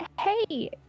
hey